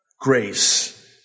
grace